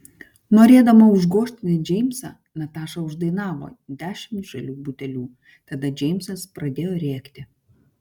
norėdama užgožti džeimsą nataša uždainavo dešimt žalių butelių tada džeimsas pradėjo rėkti